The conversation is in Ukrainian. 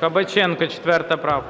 КАБАЧЕНКО В.В.